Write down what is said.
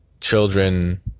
children